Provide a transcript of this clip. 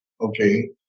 Okay